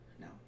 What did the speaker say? No